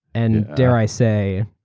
and dare i say,